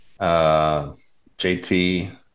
JT